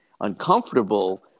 uncomfortable